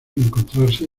encontrarse